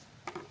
Hvala